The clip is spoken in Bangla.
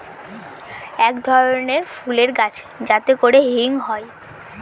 এক ধরনের ফুলের গাছ যাতে করে হিং হয়